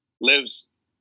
lives